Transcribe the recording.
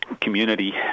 community